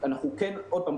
עוד פעם,